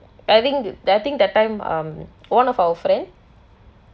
I think I think that time um one of our friend